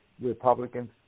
Republicans